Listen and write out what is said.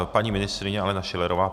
Paní ministryně Alena Schillerová.